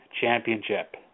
Championship